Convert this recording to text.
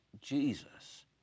Jesus